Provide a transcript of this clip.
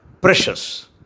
precious